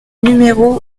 numéro